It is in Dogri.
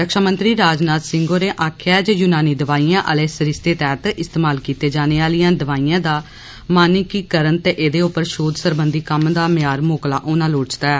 रक्षा मंत्री राजनाथ सिंह होरें आक्खेया ऐ जे यूनानी दवाइयें आहले सरिस्ते तैहत इस्तमाल कीते जाने आहलियां दवाइयें दा मानकीकरण ते एहदे उप्पर शोध सरबंधी कम्म दा म्यार मोकला होना लोड़चदा ऐ